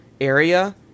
area